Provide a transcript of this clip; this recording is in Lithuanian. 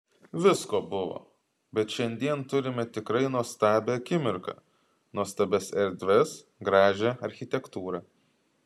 visko buvo bet šiandien turime tikrai nuostabią akimirką nuostabias erdves gražią architektūrą